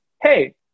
hey